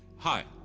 hi!